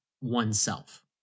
oneself